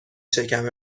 شکم